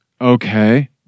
Okay